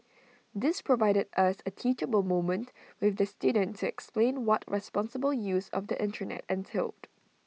this provided us A teachable moment with the student to explain what responsible use of the Internet entailed